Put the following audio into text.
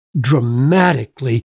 dramatically